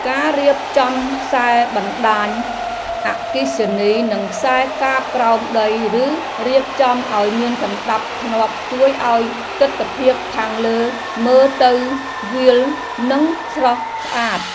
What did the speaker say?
ការរៀបចំខ្សែបណ្តាញអគ្គិសនីនិងខ្សែកាបក្រោមដីឬរៀបចំឱ្យមានសណ្តាប់ធ្នាប់ជួយឱ្យទិដ្ឋភាពខាងលើមើលទៅវាល និងស្រស់ស្អាត។